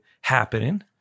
happening